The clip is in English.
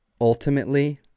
ultimately